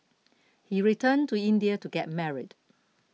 he returned to India to get married